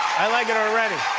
i like it already.